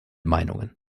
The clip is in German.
meinungen